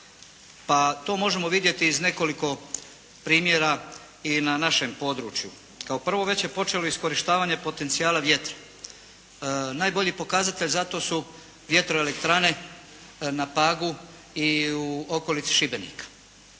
a to možemo vidjeti iz nekoliko primjera i na našem području. Kao prvo, već je počelo iskorištavanje potencijala vjetra. Najbolji pokazatelj za to su vjetroelektrane na Pagu i u okolici Šibenika.